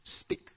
speak